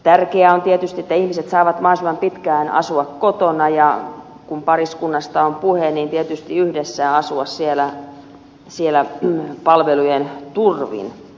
tärkeää on tietysti että ihmiset saavat mahdollisimman pitkään asua kotona ja kun pariskunnasta on puhe tietysti yhdessä asua siellä palvelujen turvin